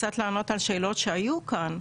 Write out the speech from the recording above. קצת לענות על שאלות שהיו כאן.